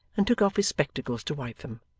and took off his spectacles to wipe them,